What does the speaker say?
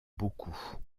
beaucoup